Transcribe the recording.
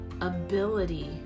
ability